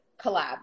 collab